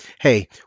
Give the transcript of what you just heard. Hey